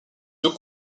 deux